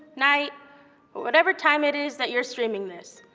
night, or whatever time it is that you're streaming this.